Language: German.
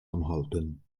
anhalten